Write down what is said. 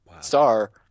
star